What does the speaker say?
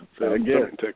again